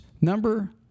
Number